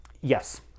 Yes